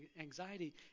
anxiety